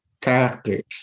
characters